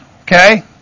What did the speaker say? okay